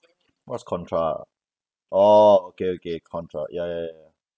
what's contra orh okay okay contra ya ya ya ya